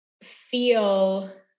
feel